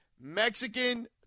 Mexican